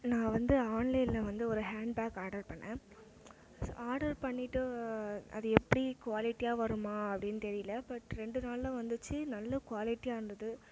நான் வந்து ஆன்லைனில் வந்து ஒரு ஹண்ட் பேக் ஆர்டர் பண்ணிணேன் ஆர்டர் பண்ணிவிட்டு அது எப்படி குவாலிடியாக வருமா அப்படினு தெரியலை பட் ரெண்டு நாளில் வந்துச்சு நல்ல குவாலிடியாக இருந்தது